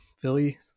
philly